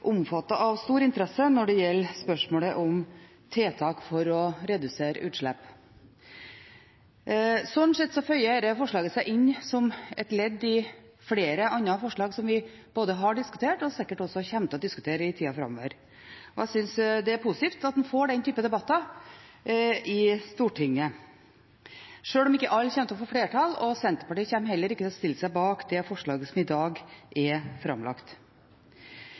omfattet av stor interesse når det gjelder spørsmålet om tiltak for å redusere utslipp. Slik sett føyer dette forslaget seg inn som et ledd i flere andre forslag som vi har diskutert, og sikkert også kommer til å diskutere i tida framover. Jeg synes det er positivt at en får den typen debatter i Stortinget, sjøl om ikke alle kommer til å få flertall, og Senterpartiet kommer heller ikke til å stille seg bak det forslaget som i dag er framlagt.